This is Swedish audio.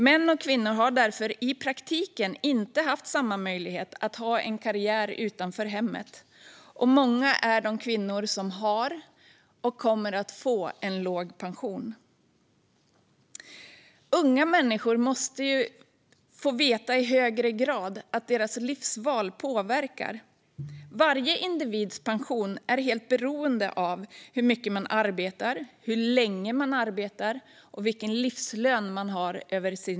Män och kvinnor har i praktiken inte haft samma möjligheter att ha en karriär utanför hemmet, och många är de kvinnor som har och kommer att få en låg pension. Unga människor måste i högre grad få veta att deras livsval påverkar. Varje individs pension är helt beroende av hur mycket man arbetar, hur länge man arbetar och vilken livslön man har.